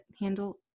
handle